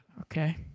Okay